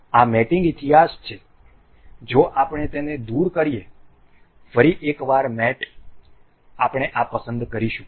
આ મેટીંગ ઇતિહાસ છે જો આપણે તેને દૂર કરીએ ફરી એક વાર મેટ આપણે આ પસંદ કરીશું